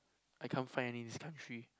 I can't find any in this country